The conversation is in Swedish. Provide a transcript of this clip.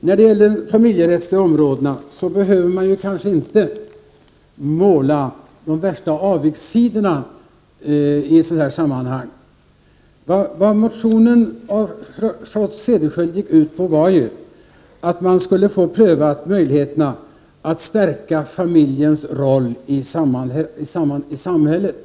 När det gäller det familjerättsliga området behöver man kanske inte måla upp de värsta avigsidorna. Vad Charlotte Cederschiölds motion går ut på är ju att man skulle få prövat hur det förhåller sig med möjligheterna att stärka familjens roll i samhället.